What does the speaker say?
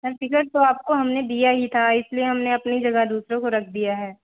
sir ticket तो आपको हमने दिया ही था इसलिए हमने अपनी जगह दूसरों को रख दिया है